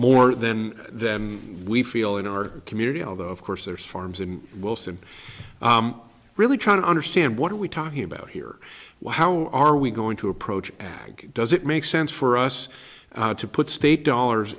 more than them we feel in our community although of course there's farms and wilson really trying to understand what are we talking about here how are we going to approach ag does it make sense for us to put state dollars